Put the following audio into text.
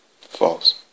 false